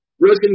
Russian